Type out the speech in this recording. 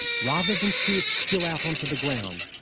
rather than see it spill out onto the ground,